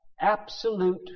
Absolute